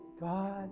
God